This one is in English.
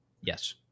Yes